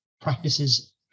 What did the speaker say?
practices